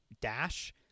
dash